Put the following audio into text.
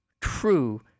true